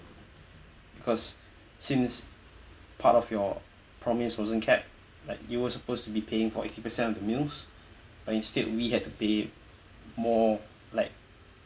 because since part of your promise wasn't kept like you were supposed to be paying for eighty percent of the meals but instead we had to pay more like